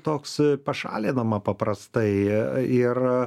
toks pašalinama paprastai ir